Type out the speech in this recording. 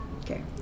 Okay